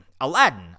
Aladdin